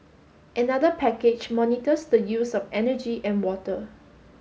another package monitors the use of energy and water